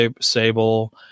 Sable